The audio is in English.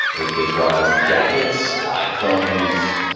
it gives rise to gadgets, iphones,